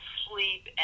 sleep